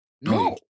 No